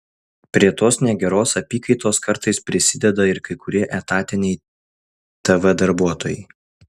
prie tos negeros apykaitos kartais prisideda ir kai kurie etatiniai tv darbuotojai